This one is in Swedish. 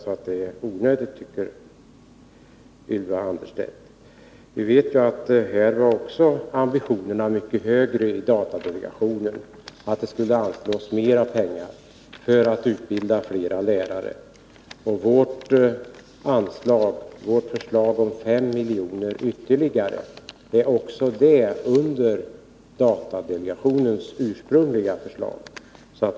Vi vet ju att ambitionerna i datadelegationen är mycket högre, så att det borde anslås mera pengar för att utbilda flera lärare. Vårt förslag om 5 miljoner ytterligare ligger också under datadelegationens ursprungliga förslag.